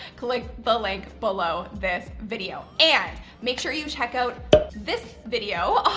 click the link below this video and make sure you check out this video.